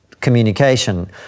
communication